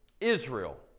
Israel